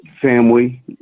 family